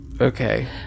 Okay